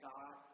God